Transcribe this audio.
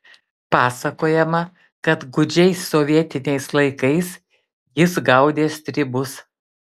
pasakojama kad gūdžiais sovietiniais laikais jis gaudė stribus